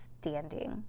standing